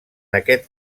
aquest